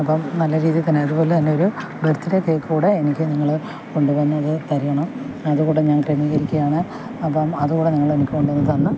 അപ്പം നല്ല രീതിയിൽ തന്നെ അതുപോലെ തന്നെ ഒരു ബെർത്ത്ഡേ കേക്ക് കൂടെ എനിക്ക് നിങ്ങള് കൊണ്ടുവന്നത് തരണം അതുകൂടെ ഞാൻ ക്രമീകരിക്കയാണ് അപ്പം അതുകൂടെ നിങ്ങളെനിക്ക് കൊണ്ടുവന്ന് തന്ന്